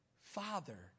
Father